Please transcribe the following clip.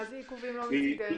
מה זה "עיכובים לא מצדנו"?